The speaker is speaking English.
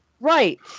Right